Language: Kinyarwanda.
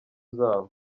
zabo